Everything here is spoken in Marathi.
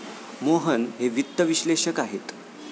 मोहन हे वित्त विश्लेषक आहेत